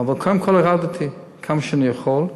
אבל קודם כול הורדתי כמה שאני יכול.